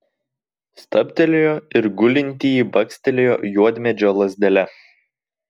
stabtelėjo ir gulintįjį bakstelėjo juodmedžio lazdele